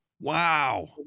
Wow